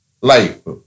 life